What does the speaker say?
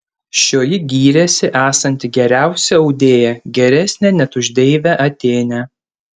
šioji gyrėsi esanti geriausia audėja geresnė net už deivę atėnę